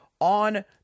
on